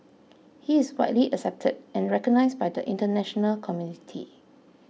he is widely accepted and recognised by the international community